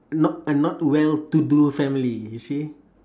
not a not well to do family you see